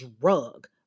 drug